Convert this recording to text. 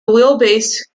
wheelbase